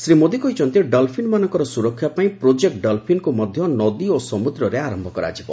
ଶ୍ରୀ ମୋଦୀ କହିଛନ୍ତି ଡଲଫିନ୍ମାନଙ୍କର ସୁରକ୍ଷା ପାଇଁ ଡଲ୍ଫିନ୍'କୁ ମଧ୍ୟ ନଦୀ ଓ ସମୁଦ୍ରରେ ଆରମ୍ଭ କରାଯିବ